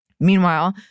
Meanwhile